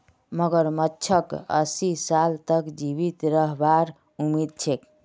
मगरमच्छक अस्सी साल तक जीवित रहबार उम्मीद छेक